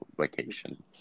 vacation